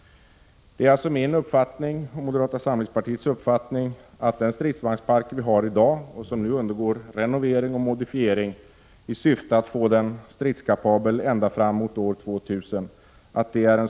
Det är min och moderata samlingspartiets uppfattning att det inte räcker med den stridsvagnspark som vi har i dag och som nu undergår renovering och modifiering i syfte att vara stridskapabel ända fram till år 2000.